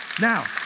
Now